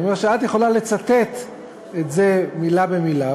אני אומר שאת יכולה לצטט את זה מילה במילה,